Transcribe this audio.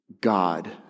God